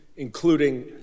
including